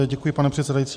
Děkuji, pane předsedající.